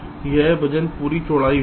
तो यह वजन पूरी चौड़ाई होगा